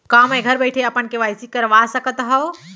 का मैं घर बइठे अपन के.वाई.सी करवा सकत हव?